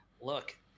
look